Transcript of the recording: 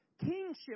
kingship